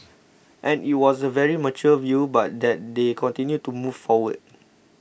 and it was a very mature view but that they continue to move forward